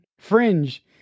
Fringe